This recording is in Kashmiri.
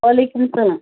وَعلیکُم السَلام